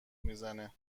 میزنه